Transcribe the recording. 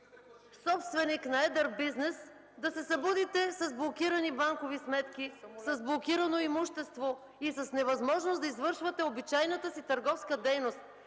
собственик на едър бизнес да се събудите с блокирани банкови сметки, с блокирано имущество и с невъзможност да извършвате обичайната си търговска дейност.